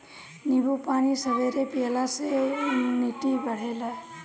नींबू पानी सबेरे पियला से इमुनिटी बढ़ेला